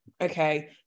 okay